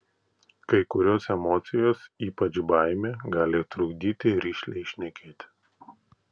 kai kurios emocijos ypač baimė gali trukdyti rišliai šnekėti